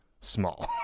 small